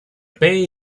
bay